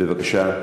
בבקשה.